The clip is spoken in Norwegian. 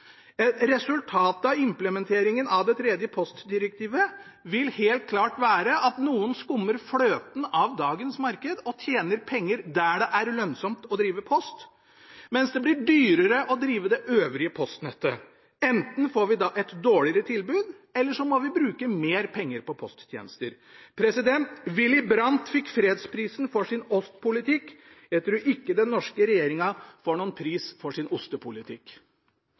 Resultatet av implementeringen av det tredje postdirektivet vil helt klart være at noen skummer fløten av dagens marked og tjener penger der det er lønnsomt å drive post, mens det blir dyrere å drive det øvrige postnettet. Enten får vi da et dårligere tilbud, eller vi må bruke mer penger på posttjenester. Willy Brandt fikk fredsprisen for sin Ostpolitik – jeg tror ikke den norske regjeringen får noen pris for sin ostepolitikk!